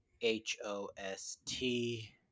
H-O-S-T